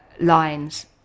lines